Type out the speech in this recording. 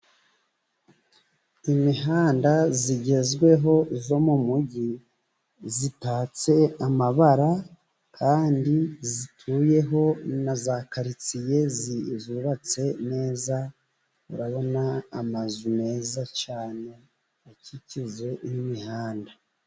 Imihanda igezweho yo mu mujyi. Itatse amabara, kandi ituyeho na za karitsiye zubatse neza, urabona amazu meza cyane, akikije n'imihanda.